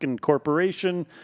corporation